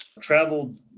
traveled